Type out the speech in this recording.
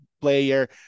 player